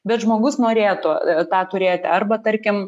bet žmogus norėtų tą turėti arba tarkim